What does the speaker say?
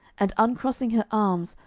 and uncrossing her arms,